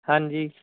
ਹਾਂਜੀ